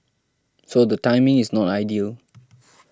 so the timing is not ideal